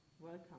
Welcome